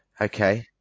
okay